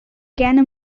gerne